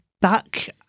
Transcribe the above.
back